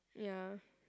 ya